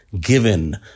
given